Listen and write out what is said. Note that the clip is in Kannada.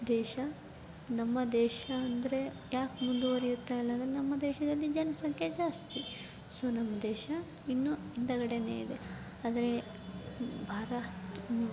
ದೇಶ ನಮ್ಮ ದೇಶ ಅಂದರೆ ಯಾಕೆ ಮುಂದುವರೆಯುತ್ತಾ ಇಲ್ಲ ಅಂದರೆ ನಮ್ಮ ದೇಶದಲ್ಲಿ ಜನಸಂಖ್ಯೆ ಜಾಸ್ತಿ ಸೊ ನಮ್ಮ ದೇಶ ಇನ್ನೂ ಹಿಂದುಗಡೆಯೇ ಇದೆ ಆದರೆ ಭಾರ